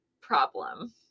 problem